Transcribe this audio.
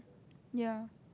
ya